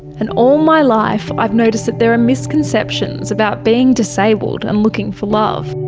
and all my life i have noticed that there are misconceptions about being disabled and looking for love,